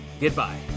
goodbye